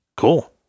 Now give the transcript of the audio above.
Cool